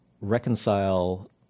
reconcile